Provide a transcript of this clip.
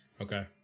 okay